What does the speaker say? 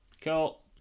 Cool